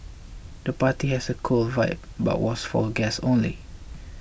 the party has a cool vibe but was for guests only